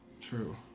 True